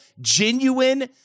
genuine